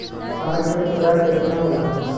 साढ़ के खुराक केतना होला?